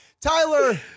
Tyler